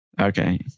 Okay